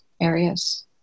areas